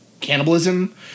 cannibalism